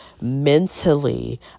mentally